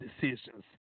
decisions